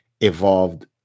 evolved